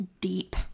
deep